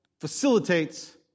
facilitates